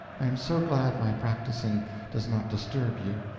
i am so glad my practicing does not disturb you.